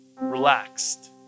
Relaxed